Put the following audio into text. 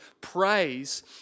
Praise